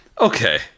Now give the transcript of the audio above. Okay